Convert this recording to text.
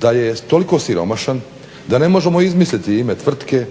da je toliko siromašan da ne možemo izmisliti ime tvrtke